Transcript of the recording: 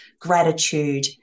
gratitude